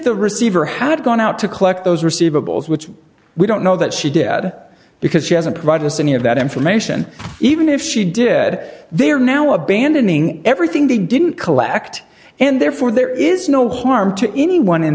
the receiver had gone out to collect those receivables which we don't know that she did because she hasn't provided us any of that information even if she did they are now abandoning everything they didn't collect and therefore there is no harm to anyone in